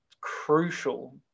crucial